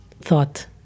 thought